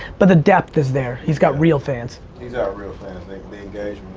but the depth is there. he's got real fans. these are real fans like they engage